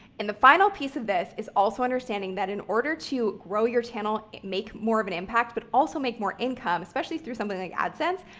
and the final piece of this is also understanding that in order to grow your channel, make more of an impact, but also make more income, especially through something like adsense,